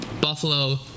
Buffalo